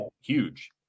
huge